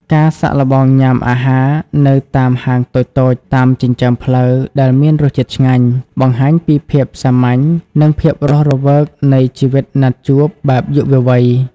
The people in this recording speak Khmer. ការសាកល្បងញ៉ាំអាហារនៅតាមហាងតូចៗតាមចិញ្ចើមផ្លូវដែលមានរសជាតិឆ្ងាញ់ បង្ហាញពីភាពសាមញ្ញ និងភាពរស់រវើកនៃជីវិតណាត់ជួបបែបយុវវ័យ។